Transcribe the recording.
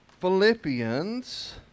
Philippians